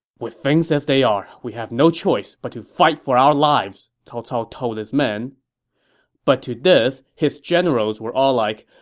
with things as they are, we have no choice but to fight for our lives! cao cao told his men but to this, his generals were all like,